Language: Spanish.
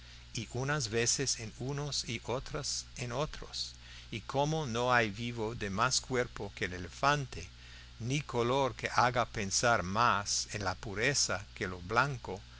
unas veces en unos y otras en otros y como no hay vivo de más cuerpo que el elefante ni color que haga pensar mas en la pureza que lo blanco